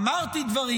אמרתי דברים.